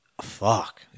Fuck